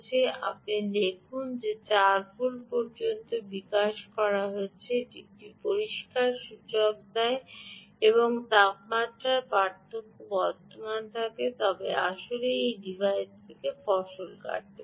আপনি দেখতে পান যে এটি 4 ভোল্ট পর্যন্ত বিকাশ করা হয়েছে যা একটি পরিষ্কার সূচক যে যদি তাপমাত্রার পার্থক্য বিদ্যমান থাকে তবে আপনি আসলে এই ডিভাইস থেকে ফসল কাটাতে পারেন